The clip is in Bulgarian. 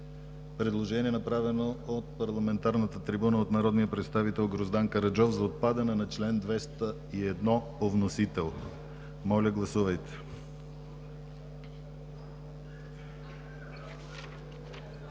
предложение, направено от парламентарната трибуна от народния представител Гроздан Караджов за отпадане на чл. 201 по вносител. Моля, гласувайте.